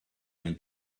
won